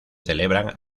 celebran